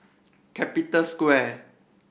Capital Square